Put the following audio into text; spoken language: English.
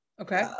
Okay